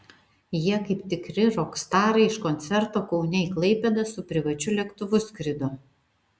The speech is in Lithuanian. jie kaip tikri rokstarai iš koncerto kaune į klaipėdą su privačiu lėktuvu skrido